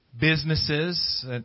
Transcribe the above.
businesses